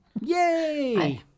Yay